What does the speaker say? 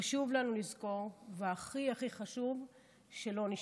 חשוב לנו לזכור, והכי הכי חשוב שלא נשכח.